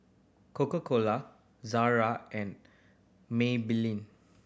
Coca Cola Zara and Maybelline